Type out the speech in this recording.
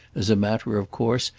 as a matter of course,